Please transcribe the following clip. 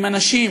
אם אנשים